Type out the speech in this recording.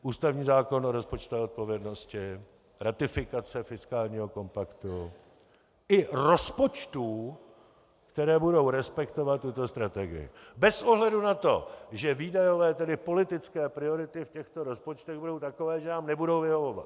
Ústavní zákon o rozpočtové odpovědnosti, ratifikace fiskálního kompaktu i rozpočtů, které budou respektovat tuto strategii bez ohledu na to, že výdajové, tedy politické, priority v těchto rozpočtech budou takové, že nám nebudou vyhovovat.